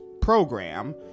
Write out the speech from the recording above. program